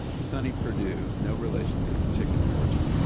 sonny perdue no relation to the chicken fortune